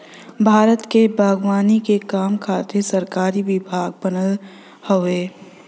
भारत में बागवानी के काम खातिर सरकारी विभाग बनल हउवे